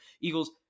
eagles